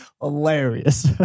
hilarious